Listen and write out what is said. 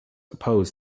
oppose